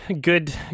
Good